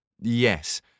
Yes